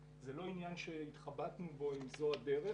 זה לא עניין שהתחבטנו בו אם זו הדרך.